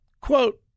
quote